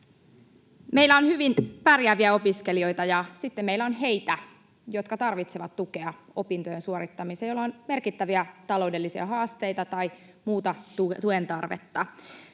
Meillä on hyvin pärjääviä opiskelijoita, ja sitten meillä on heitä, jotka tarvitsevat tukea opintojen suorittamiseen ja joilla on merkittäviä taloudellisia haasteita tai muuta tuen tarvetta.